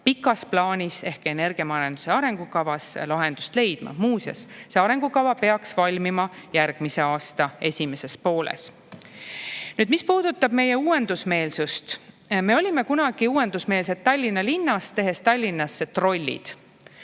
pikas plaanis ehk energiamajanduse arengukavas lahenduse leidma. Muuseas, see arengukava peaks valmima järgmise aasta esimeses pooles. Nüüd, mis puudutab meie uuendusmeelsust, siis me olime kunagi uuendusmeelsed Tallinna linnas, [tuues] Tallinnasse trollid.